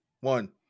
one